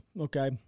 Okay